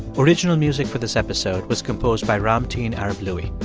original music for this episode was composed by ramtin arablouei.